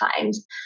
times